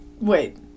Wait